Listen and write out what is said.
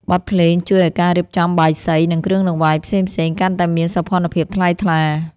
បទភ្លេងជួយឱ្យការរៀបចំបាយសី និងគ្រឿងដង្វាយផ្សេងៗកាន់តែមានសោភ័ណភាពថ្លៃថ្លា។